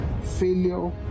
failure